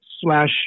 slash